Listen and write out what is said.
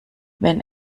wenn